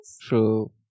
true